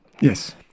Yes